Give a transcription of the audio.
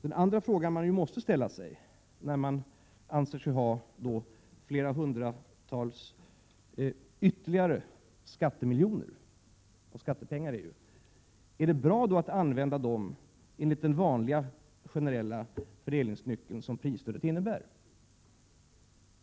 Den andra fråga som man måste ställa sig om man anser sig ha flera hundratals skattemiljoner ytterligare att använda är: Är det bra att använda de pengarna enligt den vanliga, generella fördelningsnyckel som prisstödet innebär?